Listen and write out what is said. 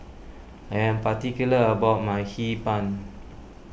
I am particular about my Hee Pan